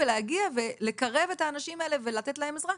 להגיע ולקרב את האנשים האלה ולתת להם עזרה.